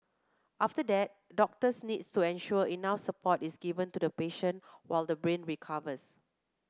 after that doctors need to ensure enough support is given to the patient while the brain recovers